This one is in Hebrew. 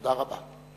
תודה רבה.